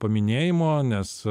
paminėjimo nes